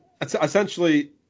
essentially